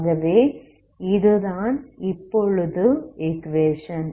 ஆகவே இதுதான் இப்பொழுது ஈக்குவேஷன்